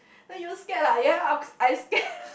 like you scared ah ya uh I scared